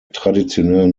traditionellen